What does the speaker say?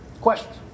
Questions